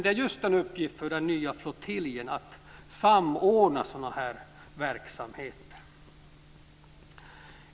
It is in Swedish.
Det är en uppgift för den nya flottiljen att samordna sådana verksamheter.